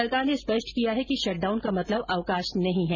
सरकार ने स्पष्ट किया है कि शट डाउन का मतलब अवकाश नहीं है